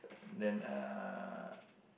then uh